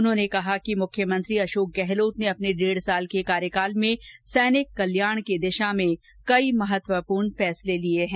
उन्होंने कहा कि मुख्यमंत्री अशोक गहलोत ने अपने डेढ साल के कार्यकाल में सैनिक कल्याण की दिशा में कई महत्वपूर्ण फैसले लिए हैं